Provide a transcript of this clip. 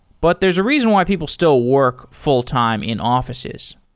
but there's a reason why people still work full-time in offices.